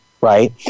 Right